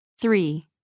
Three